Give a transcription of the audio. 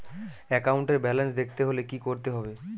একাউন্টের ব্যালান্স দেখতে হলে কি করতে হবে?